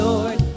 Lord